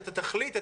את התכלית,